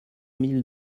mille